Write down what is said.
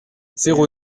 zéro